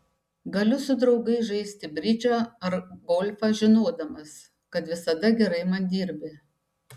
galiu su draugais žaisti bridžą ar golfą žinodamas kad visada gerai man dirbi